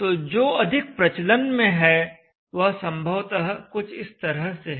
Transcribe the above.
तो जो अधिक प्रचलन में है वह संभवतः कुछ इस तरह से है